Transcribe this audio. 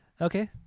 Okay